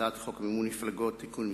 והצעת חוק מימון מפלגות (תיקון מס'